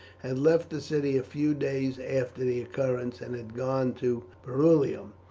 had left the city a few days after the occurrence and had gone to verulamium.